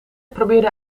probeerde